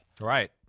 Right